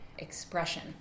Expression